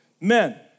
Men